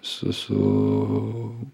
su su